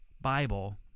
Bible